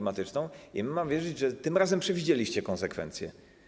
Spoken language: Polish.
Mamy wierzyć, że tym razem przewidzieliście konsekwencje?